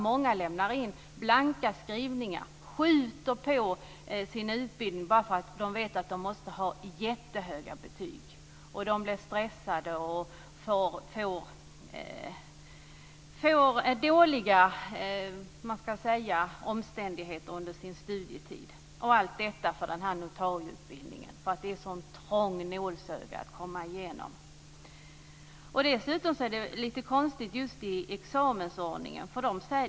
Många lämnar in blanka skrivningar och skjuter på sin utbildning bara därför att de vet att de måste ha jättehöga betyg. De blir stressade och får dåliga omständigheter under sin studietid - allt detta för notarieutbildningen, eftersom det är ett så trångt nålsöga att komma igenom. Dessutom är examensordningen lite konstig.